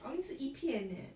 I only 吃一片 eh